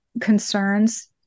concerns